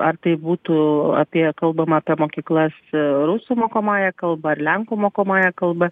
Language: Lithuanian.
ar tai būtų apie kalbama apie mokyklas rusų mokomąja kalba ar lenkų mokomąja kalba